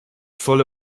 volle